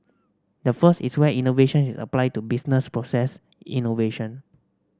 the first is where innovation is applied to business process innovation